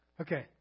Okay